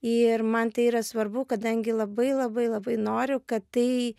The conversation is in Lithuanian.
ir man tai yra svarbu kadangi labai labai labai noriu kad tai